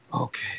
Okay